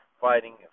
fighting